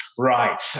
Right